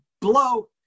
blow